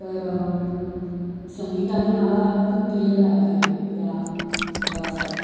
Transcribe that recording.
तर संगीताने मला खूप दिलेलं आहे या प्रवासात